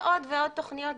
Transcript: עוד ועוד תכניות,